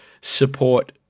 support